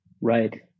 Right